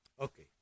Okay